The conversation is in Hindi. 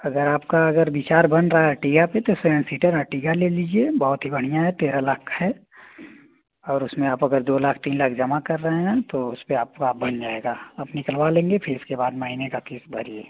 अगर आपका अगर विचार बन रहा है आर्टिगा पर तो सेवन सीटर आर्टिगा ले लीजिए बहुत ही बढ़िया है तेरह लाख का है और उसमें आप अगर दो लाख तीन लाख जमा कर रहे हैं तो उस पर आपका हक बन जाएगा आप निकलवा लेंगे फ़िर उसके बाद महीने का किश्त भरिए